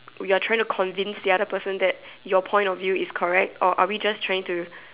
you're trying to convince the other person that your point of view is correct or are we just trying to